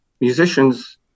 musicians